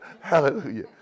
Hallelujah